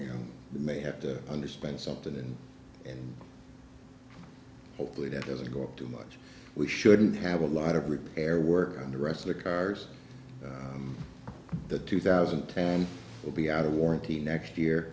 so you may have to understand something and hopefully that doesn't go up too much we shouldn't have a lot of repair work on the rest of the cars the two thousand town will be out of warranty next year